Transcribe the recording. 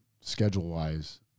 schedule-wise